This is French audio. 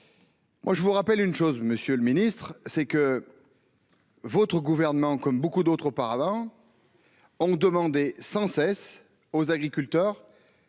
je vous rappelle une chose, Monsieur le Ministre, c'est que. Votre gouvernement, comme beaucoup d'autres auparavant. Ont demandé sans cesse aux agriculteurs.